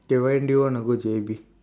okay when do you want to go J_B